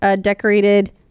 decorated